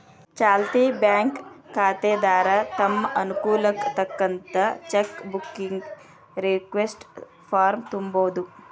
ಚಾಲ್ತಿ ಬ್ಯಾಂಕ್ ಖಾತೆದಾರ ತಮ್ ಅನುಕೂಲಕ್ಕ್ ತಕ್ಕಂತ ಚೆಕ್ ಬುಕ್ಕಿಗಿ ರಿಕ್ವೆಸ್ಟ್ ಫಾರ್ಮ್ನ ತುಂಬೋದು